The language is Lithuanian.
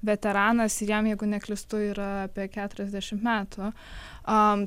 veteranas ir jam jeigu neklystu yra apie keturiasdešimt metų a